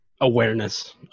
Awareness